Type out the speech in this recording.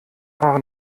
waren